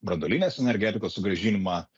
branduolinės energetikos sugrąžinimą